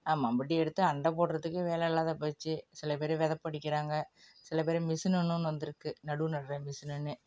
ஆ மம்முட்டி எடுத்து அண்டை போடுகிறதுக்கே வேலை இல்லாது போயிடுச்சி சிலப் பேர் விதைப்பு அடிக்கிறாங்க சிலப் பேர் மிஷினுன்னு ஒன்று வந்திருக்கு நடவு நடுகிற மிஷினுன்னு